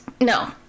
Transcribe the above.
No